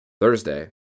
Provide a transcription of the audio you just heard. Thursday